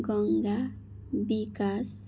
गङ्गा बिकास